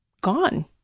gone